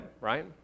right